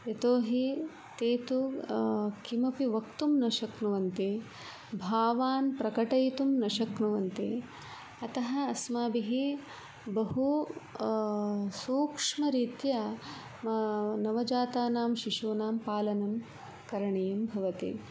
यतो हि ते तु किमपि वक्तुं न शक्नुवन्ति भावान् प्रकटयितुं न शक्नुवन्ति अतः अस्माभिः बहु सूक्ष्मरीत्या नवजातानां शिशूनां पालनं करणीयं भवति